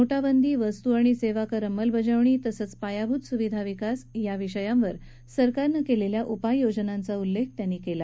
नोटाबंदी वस्तू आणि सेवाकर अंमलबजावणी तसंच पायाभूत सुविधा विकास याबाबत सरकारनं केलेल्या उपाययोजनांचा उल्लेख त्यांनी केला